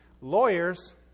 Lawyers